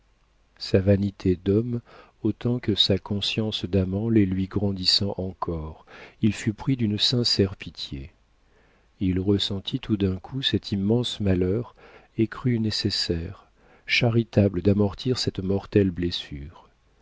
sa vanité d'homme autant que sa conscience d'amant les lui grandissant encore il fut pris d'une sincère pitié il ressentit tout d'un coup cet immense malheur et crut nécessaire charitable d'amortir cette mortelle blessure